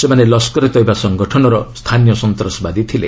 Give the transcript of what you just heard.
ସେମାନେ ଲସ୍କରେ ତୟବା ସଂଗଠନର ସ୍ଥାନୀୟ ସନ୍ତାସାବଦୀ ଥିଲେ